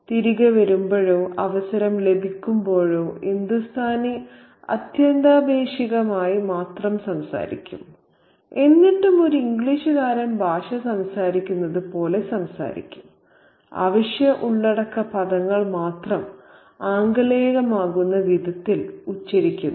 തിരികെ വരുമ്പോഴോ അവസരം ലഭിക്കുമ്പോഴോ ഹിന്ദുസ്ഥാനി അത്യന്താപേക്ഷിതമായപ്പോൾ മാത്രം സംസാരിക്കും എന്നിട്ടും ഒരു ഇംഗ്ലീഷുകാരൻ ഭാഷ സംസാരിക്കുന്നതുപോലെ സംസാരിക്കും അവശ്യ ഉള്ളടക്ക പദങ്ങൾ മാത്രം ആംഗലേയമാക്കുന്ന വിധത്തിൽ ഉച്ചരിക്കുന്നു